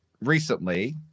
recently